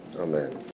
amen